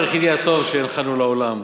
אראל, זה לא הדבר היחידי הטוב שהנחלנו לעולם.